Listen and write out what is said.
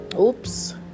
Oops